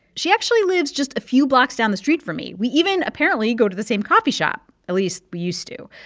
she actually lives just a few blocks down the street from me. we even apparently go to the same coffee shop, at least used to.